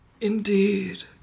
Indeed